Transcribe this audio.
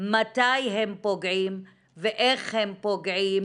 מתי הם פוגעים ואיך הם פוגעים